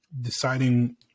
deciding